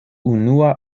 unua